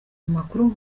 amakuru